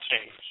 change